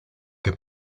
que